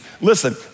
Listen